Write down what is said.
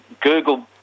Google